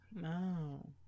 No